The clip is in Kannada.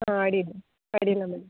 ಹಾಂ ಅಡ್ಡಿಲ್ಲ ಅಡ್ಡಿಲ್ಲ ಮೇಡಮ್